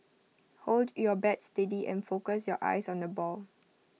hold your bat steady and focus your eyes on the ball